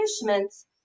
punishments